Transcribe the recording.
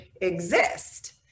exist